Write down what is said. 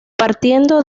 partiendo